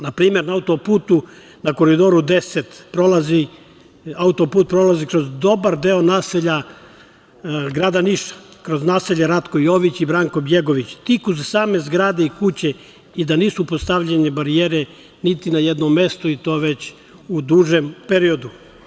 Na primer na autoputu na Koridoru 10 autoput prolazi kroz dobar deo naselja grada Niša, kroz naselje Ratko Jović i Branko Bjegović, tik uz same zgrade i kuće i da nisu postavljene barijere niti na jednom mestu i to već u dužem periodu.